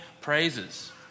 praises